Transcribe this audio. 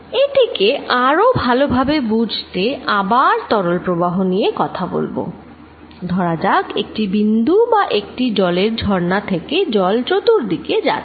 এটিকে আরো ভালো ভাবে বুঝতে আবার তরল প্রবাহ নিয়ে কথা বলব ধরা যাক একটি বিন্দু বা একটি জলের ঝর্ণা থেকে জল চতুর্দিকে যাচ্ছে